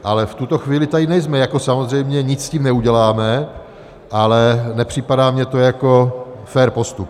Ale v tuto chvíli tady nejsme, samozřejmě nic s tím neuděláme, ale nepřipadá mi to jako fér postup.